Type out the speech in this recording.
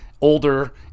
older